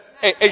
hey